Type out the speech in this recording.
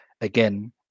again